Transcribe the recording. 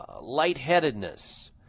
lightheadedness